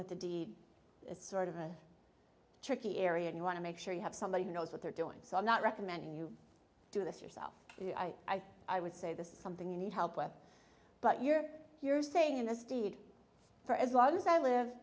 with a deed it's sort of a tricky area and you want to make sure you have somebody who knows what they're doing so i'm not recommending you do this yourself i i would say this something you need help with but you're you're saying in this deed for as long as i live